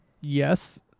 Yes